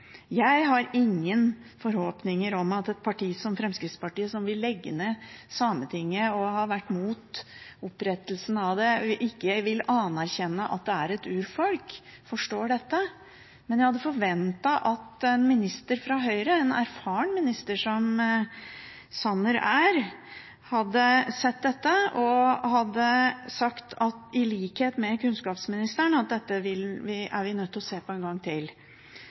Jeg har ingen forhåpninger om at et parti som Fremskrittspartiet, som vil legge ned Sametinget, som har vært mot opprettelsen av det, og som ikke vil anerkjenne at det er et urfolk, forstår dette. Men jeg hadde forventet at en minister fra Høyre, en erfaren minister som Sanner er, hadde sett dette og hadde sagt, i likhet med kunnskapsministeren, at dette er vi nødt til å se på en gang til.